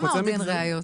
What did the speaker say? כמה עוד אין ראיות?